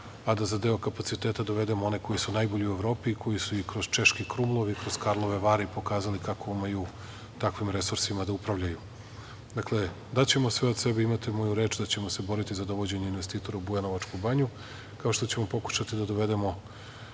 a da za deo kapaciteta dovedemo one koji su najbolji u Evropi i koji su i kroz Češki Krumov i kroz Karlove Vari pokazali kako umeju takvim resursima da upravljaju. Dakle, daćemo sve od sebe imate moju reč da ćemo se boriti za dovođenje investitora u Bujanovačku banju, kao što ćemo pokušati da dovedemo